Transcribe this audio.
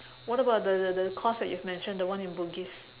what about the the the course that you've mentioned the one in bugis